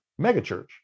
megachurch